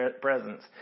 presence